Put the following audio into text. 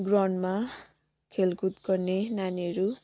ग्राउन्डमा खेलकुद गर्ने नानीहरू